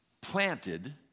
planted